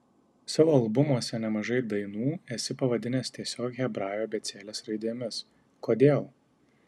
savo albumuose nemažai dainų esi pavadinęs tiesiog hebrajų abėcėlės raidėmis kodėl